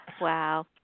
Wow